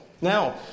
Now